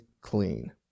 clean